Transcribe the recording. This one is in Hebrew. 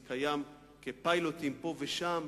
זה קיים, כפיילוטים, פה ושם.